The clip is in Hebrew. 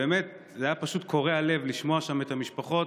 באמת זה היה פשוט קורע לב לשמוע שם את המשפחות,